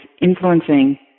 influencing